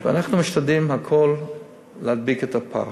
אז אנחנו משתדלים להדביק את הפער.